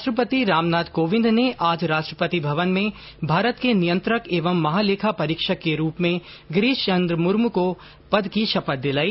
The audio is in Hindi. राष्ट्रपति रामनाथ कोविंद ने आज राष्ट्रपति भवन में भारत के नियंत्रक एवं महालेखा परीक्षक के रूप में गिरीश चन्द्र मुर्मु को पद की शपथ दिलाई